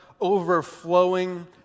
overflowing